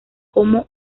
como